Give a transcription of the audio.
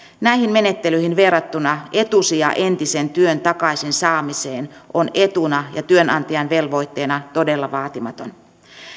näihin menettelyihin verrattuna etusija entisen työn takaisin saamiseen on etuna ja työnantajan velvoitteena todella vaatimaton